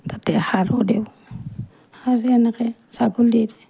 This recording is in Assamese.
তাতে সাৰো দেওঁ সাৰি এনেকৈ ছাগলীৰ